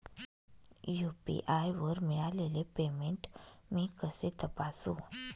UPI वर मिळालेले payment मी कसे तपासू?